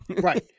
Right